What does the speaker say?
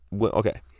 Okay